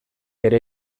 ere